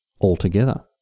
altogether